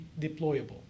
deployable